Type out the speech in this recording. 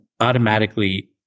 automatically